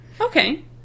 okay